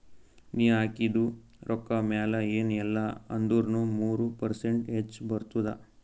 ನೀ ಹಾಕಿದು ರೊಕ್ಕಾ ಮ್ಯಾಲ ಎನ್ ಇಲ್ಲಾ ಅಂದುರ್ನು ಮೂರು ಪರ್ಸೆಂಟ್ರೆ ಹೆಚ್ ಬರ್ತುದ